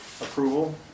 approval